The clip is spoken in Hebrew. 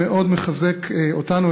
מאוד מחזק אותנו,